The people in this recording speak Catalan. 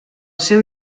seu